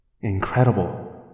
Incredible